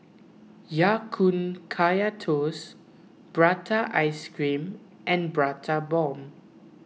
Ya Kun Kaya Toast Prata Ice Cream and Prata Bomb